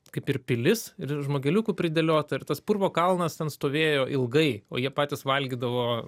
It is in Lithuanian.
kaip ir pilis ir žmogeliukų pridėliota ir tas purvo kalnas ten stovėjo ilgai o jie patys valgydavo